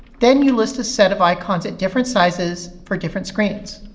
then you list a set of icons at different sizes for different screens.